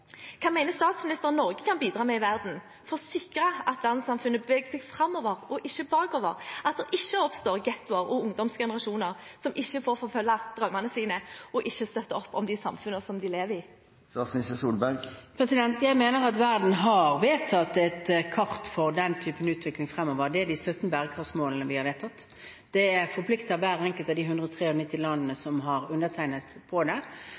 Hva mener statsministeren Norge kan bidra med i verden for å sikre at verdenssamfunnet beveger seg framover og ikke bakover, at det ikke oppstår ghettoer og ungdomsgenerasjoner som ikke får forfølge drømmene sine og ikke støtter opp om de samfunnene som de lever i? Jeg mener at verden har vedtatt et kart for den typen utvikling fremover. Det er de 17 bærekraftsmålene vi har vedtatt. Det forplikter hvert enkelt av de 193 landene som har undertegnet på det,